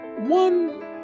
one